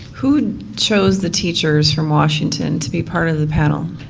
who chose the teachers from washington to be part of the panel?